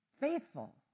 faithful